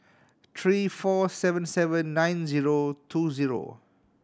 three four seven seven nine zero two zero